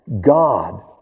God